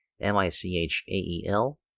M-I-C-H-A-E-L